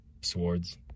swords